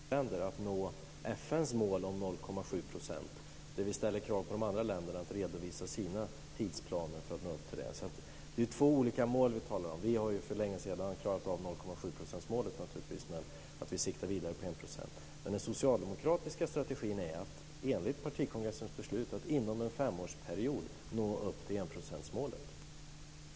Herr talman! Karl-Göran Biörsmark riktar en fråga till mig om en tidsplan för biståndsmålet. Arbetet som den svenska regeringen bedriver är en inriktning mot 1 %. De krav vi ställer på de andra länderna är att redovisa sina tidsplaner för att nå upp till FN:s mål om 0,7 %. Det är ju två olika mål vi talar om. Vi har naturligtvis för länge sedan klarat av 0,7-procentsmålet och siktar vidare på 1 %. Den socialdemokratiska strategin är att enligt partikongressens beslut inom en femårsperiod nå upp till enprocentsmålet.